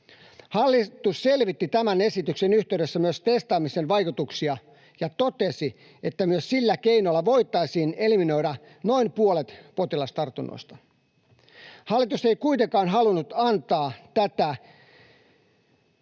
Hallitus selvitti tämän esityksen yhteydessä myös testaamisen vaikutuksia ja totesi, että myös sillä keinolla voitaisiin eliminoida noin puolet potilastartunnoista. Hallitus ei kuitenkaan halunnut antaa tätä